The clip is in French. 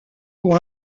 pour